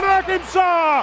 Arkansas